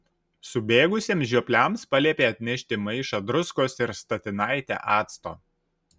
subėgusiems žiopliams paliepė atnešti maišą druskos ir statinaitę acto